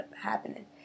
happening